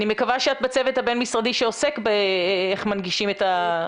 אני מקווה שאת בצוות הבין-משרדי שעוסק בשאלה איך מנגישים את הנושא הזה.